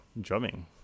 drumming